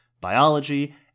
biology